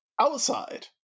outside